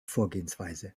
vorgehensweise